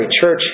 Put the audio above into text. church